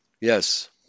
Yes